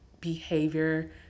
behavior